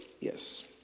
Yes